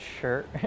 shirt